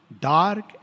dark